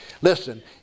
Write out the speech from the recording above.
Listen